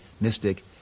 mystic